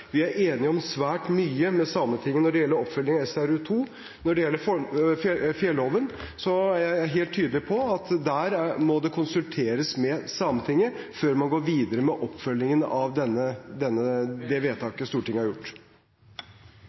Vi er enige med Sametinget om svært mye når det gjelder oppfølgingen av Samerettsutvalget II. Når det gjelder fjelloven, er jeg helt tydelig på at det må konsulteres med Sametinget før man går videre med oppfølgingen av det vedtaket Stortinget har gjort.